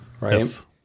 right